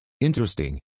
Interesting